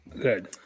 Good